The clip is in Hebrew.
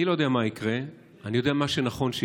אני לא יודע מה יקרה, אני יודע מה נכון שיקרה,